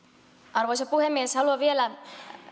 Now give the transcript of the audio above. arvoisa puhemies haluan vielä